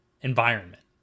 environment